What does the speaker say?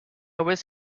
was